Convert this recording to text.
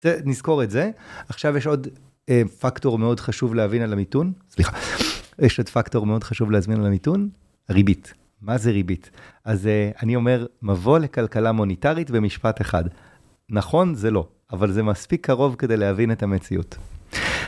נזכור את זה. עכשיו יש עוד פקטור מאוד חשוב להבין על המיתון, סליחה. יש עוד פקטור מאוד חשוב להזמין על המיתון, ריבית. מה זה ריבית? אז אני אומר, מבוא לכלכלה מוניטרית במשפט אחד. נכון זה לא, אבל זה מספיק קרוב כדי להבין את המציאות.